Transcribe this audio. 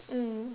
mm